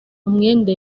umwenda